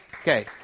Okay